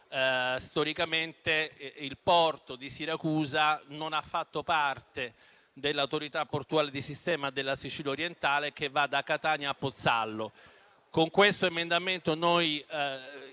storicamente il porto di Siracusa non ha fatto parte dell'Autorità portuale di sistema della Sicilia orientale che va da Catania a Pozzallo. Con questo emendamento -